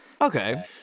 Okay